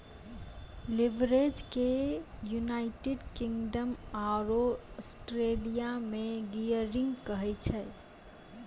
leverage के United Kingdom आरो Australia मे गियरिंग कहै छै